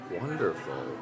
Wonderful